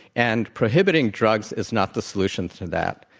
and prohibitingdrugs is not the solution to that.